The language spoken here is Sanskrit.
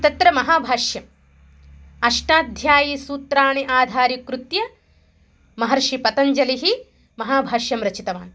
तत्र महाभाष्यम् अष्टाध्यायीसूत्राणि आधारीकृत्य महर्षिः पतञ्जलिः महाभाष्यं रचितवान्